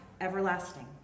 everlasting